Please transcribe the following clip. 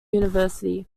university